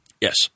Yes